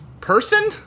person